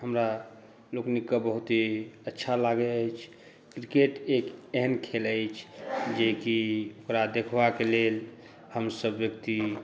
हमरा लोकनिके बहुत ही अच्छा लागै अछि क्रिकेट एक एहन खेल अछि जेकि ओकरा देखबाक लेल हमसभ व्यक्ति